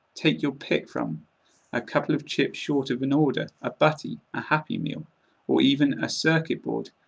take your pick from a couple of chips short of an order, a butty, a happy meal or even a circuit-board,